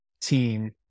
team